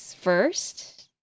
first